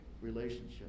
relationship